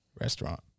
restaurant